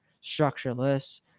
structureless